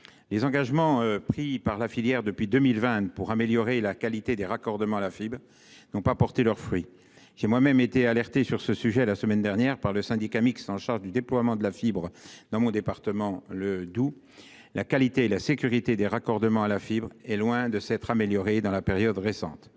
Les engagements pris par la filière depuis 2020 pour améliorer la qualité des raccordements à la fibre n'ont pas porté leurs fruits. J'ai moi-même été alerté sur ce sujet la semaine dernière par le syndicat mixte en charge du déploiement de la fibre dans mon département, le Doubs. La qualité et la sécurité des raccordements à la fibre sont loin de s'être améliorées dans la période récente.